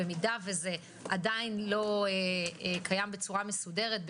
אם זה לא קיים עדיין בצורה מסודרת,